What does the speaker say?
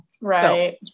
Right